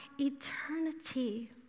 eternity